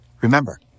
Remember